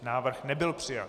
Návrh nebyl přijat.